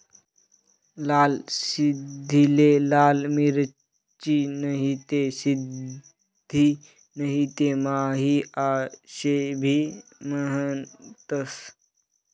लाल सिंधीले लाल मिरची, नहीते सिंधी नहीते माही आशे भी म्हनतंस